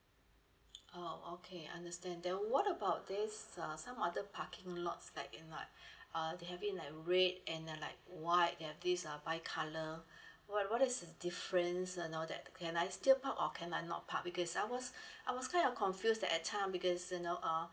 oh okay understand then what about this uh some other parking lots like in like uh they have in like red and uh like white yeah these uh by colour what what is the difference you know that can I still park or can I not park because I was I was kind of confused that time because you know uh